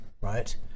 right